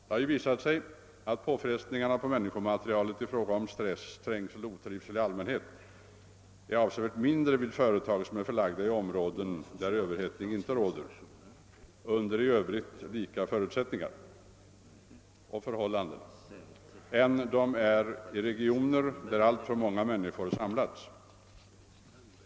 Det har ju visat sig att påfrestningarna på människomaterialet i fråga om stress, trängsel och otrivsel i allmänhet är avsevärt mindre vid företag som är förlagda i områden där överhettning inte råder, under i övrigt lika förutsättningar och förhållanden, än de är i regioner där alltför många människor samlats.